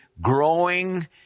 growing